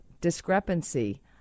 discrepancy